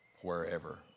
wherever